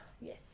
Yes